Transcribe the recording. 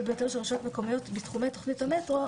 ביותר של רשויות מקומיות בתחומי תוכנית המטרו,